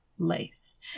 Lace